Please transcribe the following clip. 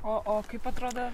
o kaip atrodo